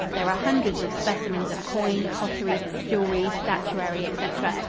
there are hundreds of specimens of coin, pottery, jewelry, statuary, etc,